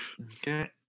Okay